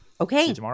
Okay